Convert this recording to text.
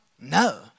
no